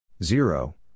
zero